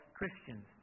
Christians